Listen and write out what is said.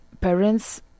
parents